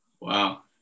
Wow